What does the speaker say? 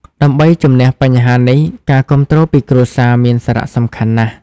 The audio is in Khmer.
ដើម្បីជម្នះបញ្ហានេះ ការគាំទ្រពីគ្រួសារ មានសារៈសំខាន់ណាស់។